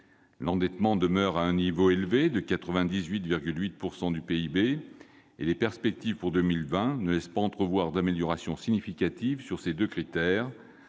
L'endettement demeure à un niveau élevé, à 98,8 % de PIB, et les perspectives pour 2020 ne laissent pas entrevoir d'améliorations significatives sur ces deux critères,